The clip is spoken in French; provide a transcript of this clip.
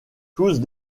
tous